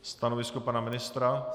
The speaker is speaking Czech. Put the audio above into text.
Stanovisko pana ministra?